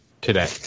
today